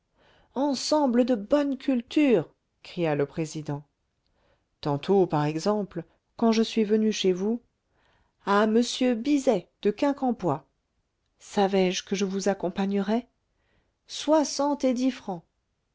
ensemble de bonnes cultures cria le président tantôt par exemple quand je suis venu chez vous à m bizet de quincampoix savais-je que je vous accompagnerais soixante et dix francs